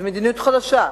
זו מדיניות חדשה,